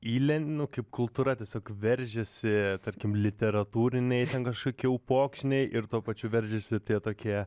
įlen nu kaip kultūra tiesiog veržiasi tarkim literatūriniai ten kažkokie upokšniai ir tuo pačiu veržiasi tie tokie